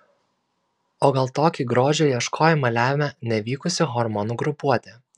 o gal tokį grožio ieškojimą lemia nevykusi hormonų grupuotė